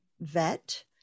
vet